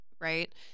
right